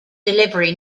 delivery